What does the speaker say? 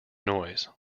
noise